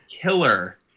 killer